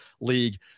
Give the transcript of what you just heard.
League